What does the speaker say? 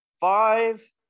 five